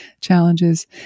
challenges